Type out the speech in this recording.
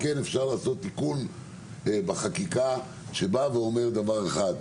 אבל אם כן אפשר לעשות תיקון בחקיקה שבא ואומר דבר אחד,